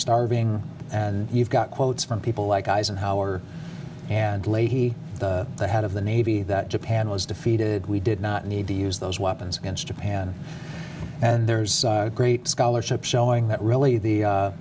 starving and you've got quotes from people like eisenhower and leahy the head of the navy that japan was defeated we did not need to use those weapons against japan and there's a great scholarship showing that really the